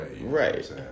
right